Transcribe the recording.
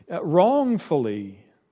wrongfully